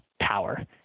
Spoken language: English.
power